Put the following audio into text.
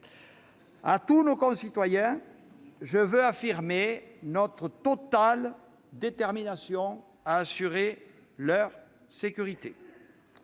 À tous nos concitoyens, je veux affirmer notre totale détermination à assurer leur sécurité.